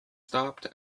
stopped